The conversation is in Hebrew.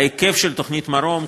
ההיקף של תוכנית "מרום",